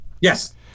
Yes